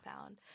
found